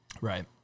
Right